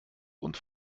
und